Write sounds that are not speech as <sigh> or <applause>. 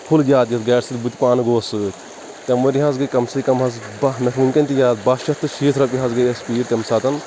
full <unintelligible> بٕتہِ پانہٕ گوٚوُس سۭتۍ تَمہِ ؤرۍ یہ حظ گٔے کَم سے کَم حظ باہ مےٚ چھُ ونکیٚن تہِ یاد باہ شیٚتھ تہٕ شِیٖتھ رُۄپیہِ حظ گٔے اسہِ پیٖٹ تَمہِ ساتہٕ